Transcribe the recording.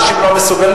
אנשים לא מסוגלים,